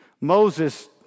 moses